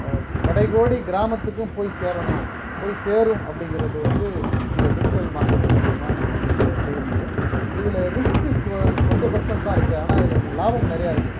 கடைக்கோடி கிராமத்துக்கும் போய் சேரணும் போய் சேரும் அப்படிங்குறது வந்து இந்த டிஜிட்டல் மார்க்கெட் மூலிமா நம்ம வந்து செய் செய்ய முடியும் இதில் ரிஸ்க்கு கொ கொஞ்சம் பர்சென்ட் தான் இருக்குது ஆனால் அதில் லாபம் நிறையா இருக்குது